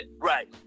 Right